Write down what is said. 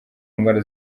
ndwara